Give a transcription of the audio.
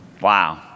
Wow